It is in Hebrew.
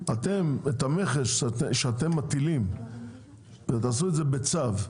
את המכס שאתם מטילים תעשו בצו.